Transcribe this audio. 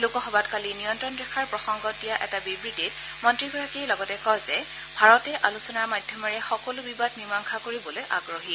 লোকসভাত কালি নিয়ন্ত্ৰণৰেখাৰ প্ৰসঙ্গত দিয়া এটা বিবৃতিত মন্ত্ৰীগৰাকীয়ে লগতে কয় যে ভাৰতে আলোচনাৰ মাধ্যমেৰে সকলো বিবাদ মীমাংসা কৰিবলৈ আগ্ৰহী